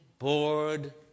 Board